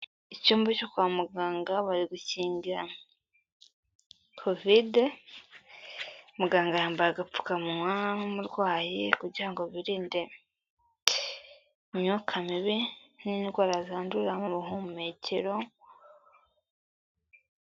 Icyumba cyo kwa muganga bari gukingira covid, muganga yambaye agapfukamunwa n'umurwayi kugira ngo birinde imyuka mibi n'indwara zandurira mu buhumekero,...